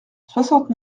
soixante